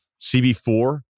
CB4